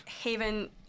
Haven